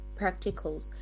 practicals